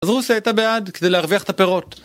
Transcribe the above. אז רוסיה הייתה בעד כדי להרוויח את הפירות